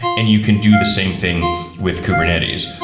and you can do the same thing with kubernetes,